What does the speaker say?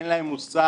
אין להם מושג,